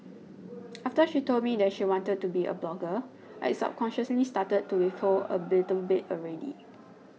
after she told me that she wanted to be a blogger I subconsciously started to withhold a bitten bit already